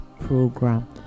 program